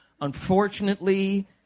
Unfortunately